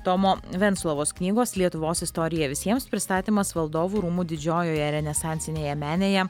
tomo venclovos knygos lietuvos istorija visiems pristatymas valdovų rūmų didžiojoje renesansinėje menėje